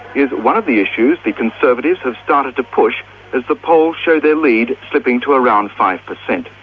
is one of the issues the conservatives have started to push as the polls show their lead slipping to around five percent.